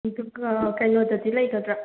ꯑꯗꯨꯒ ꯀꯩꯅꯣꯗꯗꯤ ꯂꯩꯒꯗ꯭ꯔꯥ